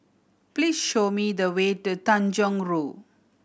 please show me the way to Tanjong Rhu